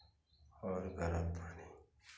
और गरम पानी